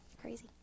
Crazy